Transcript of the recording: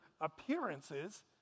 appearances